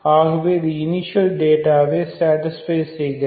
ஆகவே இது இணிஷியல் டேட்டாவை சேடிஸ்பை செய்கிறது